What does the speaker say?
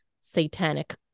satanic